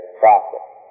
process